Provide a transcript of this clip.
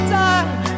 time